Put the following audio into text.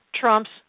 trumps